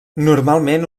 normalment